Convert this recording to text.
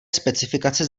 specifikace